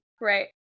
Right